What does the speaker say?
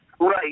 Right